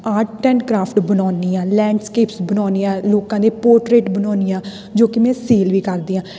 art and craft ਬਣਾਉਂਦੀ ਹਾਂ landscapes ਬਣਾਉਂਦੀ ਹਾਂ ਲੋਕਾਂ ਦੇ ਪੋਰਟਰੇਟ ਬਣਾਉਂਦੀ ਹਾਂ ਜੋ ਕਿ ਮੈਂ ਸੇਲ ਵੀ ਕਰਦੀ ਹਾਂ